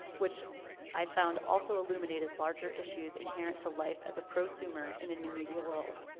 which i found also illuminated larger issues inherent to life as a prosumer in a new media world.